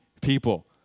people